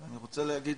אני רוצה להגיד,